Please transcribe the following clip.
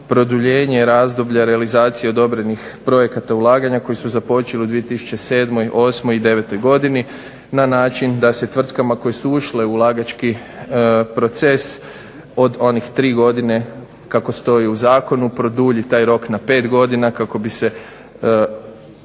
produljenje razdoblja realizacije odobrenih projekta ulaganja koji su započeli u 2007., osmoj i devetoj godini na način da se tvrtkama koje su ušle u ulagački proces od onih tri godine kako stoji u zakonu produlji rok na 5 godina kako bi se